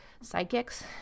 psychics